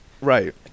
right